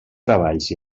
treballs